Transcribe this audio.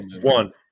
one